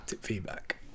feedback